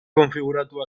konfiguratu